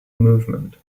movement